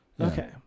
Okay